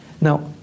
Now